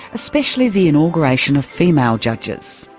especially the inauguration of female judges.